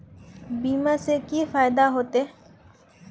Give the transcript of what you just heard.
बीमा से की फायदा होते?